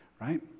right